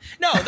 No